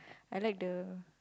I like the